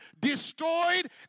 destroyed